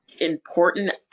important